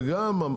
וגם,